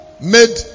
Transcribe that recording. made